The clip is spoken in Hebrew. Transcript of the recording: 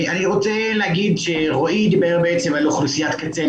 אני רוצה להגיד שרועי דיבר בעצם על אוכלוסיית קצה,